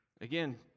Again